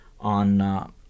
on